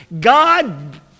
God